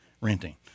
renting